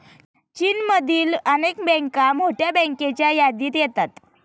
चीनमधील अनेक बँका मोठ्या बँकांच्या यादीत येतात